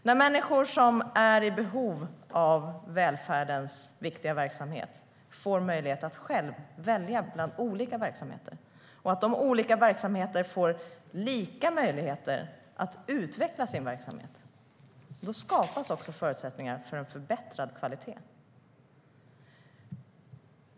När människor som är i behov av välfärdens viktiga verksamhet får möjlighet att själva välja bland olika verksamheter, och olika verksamheter får lika möjligheter att utvecklas skapas också förutsättningar för en förbättrad kvalitet.